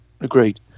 agreed